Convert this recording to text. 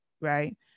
right